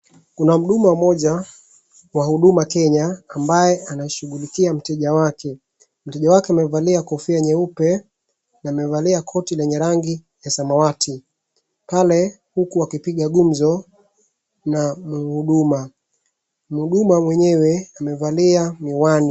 Kunamhuduma moja wa Huduma Kenya ambaye aanshughulikia mteja wake. Mteja wake amevalia kofia nyeupe na amevalia koti lenye rangiya samawati. Pale huku wakipiga gumzo na mhuduma. Mhuduma mwenyewe amevalia miwani.